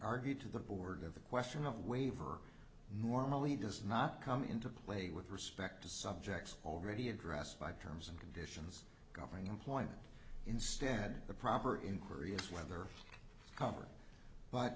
argued to the board of the question of waiver normally does not come into play with respect to subjects already addressed by terms and conditions covering employment instead the proper inquiry is whether cover but